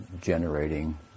generating